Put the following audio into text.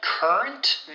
Current